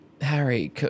Harry